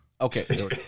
okay